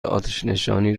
آتشنشانی